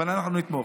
אבל אנחנו נתמוך.